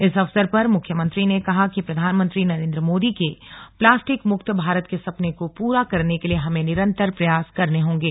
इस अवसर पर मुख्यमंत्री ने कहा कि प्रधानमंत्री नरेन्द्र मोदी के प्लास्टिक मुक्त भारत के सपने को पूरा करने के लिए हमें निरन्तर प्रयास करने होंगे